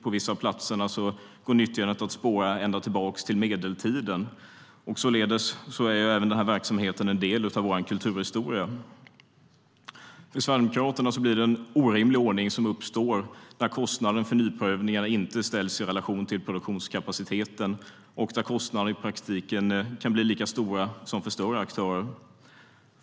På vissa av platserna går nyttjandet att spåra ända tillbaka till medeltiden. Således är även denna verksamhet en del av vår kulturhistoria. För Sverigedemokraterna uppstår en orimlig ordning när kostnaden för nyprövningarna inte ställs i relation till produktionskapaciteten och kostnaden i praktiken kan bli lika stor som för större aktörer.